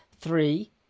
Three